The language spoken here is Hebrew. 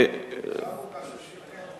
אני אעזור לך.